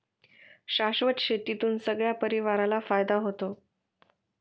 शाश्वत शेतीतून सगळ्या परिवाराला फायदा होतो